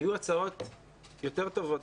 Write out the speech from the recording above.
היו הצעות יותר טובות.